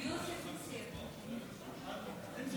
יוסף, אנחנו